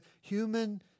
human